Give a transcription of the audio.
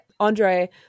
Andre